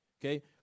okay